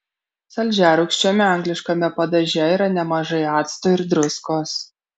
saldžiarūgščiame angliškame padaže yra nemažai acto ir druskos